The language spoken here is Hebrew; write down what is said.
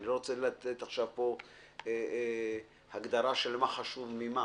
אני לא רוצה לתת פה עכשיו הגדרה מה חשוב ממה